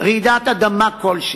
רעידת אדמה כלשהי.